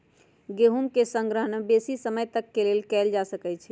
गेहूम के संग्रहण बेशी समय तक के लेल कएल जा सकै छइ